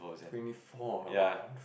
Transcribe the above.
twenty four what on